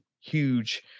huge